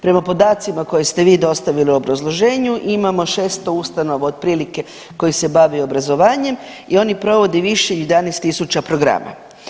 Prema podacima koje ste vi dostavili u obrazloženju imamo 600 ustanova otprilike koje se bave obrazovanjem i oni provode više od 11.000 programa.